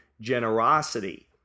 generosity